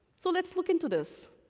so, let's look into this.